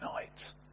tonight